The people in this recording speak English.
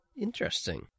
Interesting